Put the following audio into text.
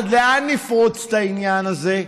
עד לאן נפרוץ את העניין הזה?